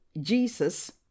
Jesus